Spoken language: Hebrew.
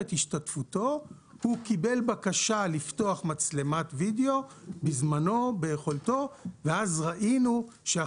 הוספנו בקשה לפתוח מצלמת וידיאו כדי לראות שאכן